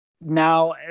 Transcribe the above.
Now